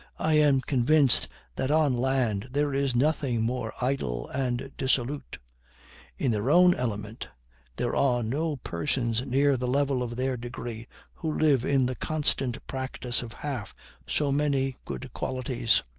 i am convinced that on land there is nothing more idle and dissolute in their own element there are no persons near the level of their degree who live in the constant practice of half so many good qualities.